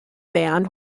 band